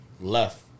left